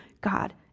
God